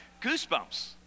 goosebumps